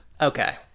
Okay